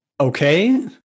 okay